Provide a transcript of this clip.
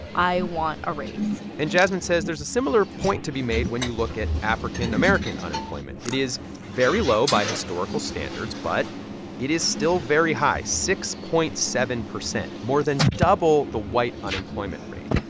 i want a raise and jasmine says there's a similar point to be made when you look at african american unemployment. it is very low by historical standards, but it is still very high six point seven zero more than double the white unemployment rate.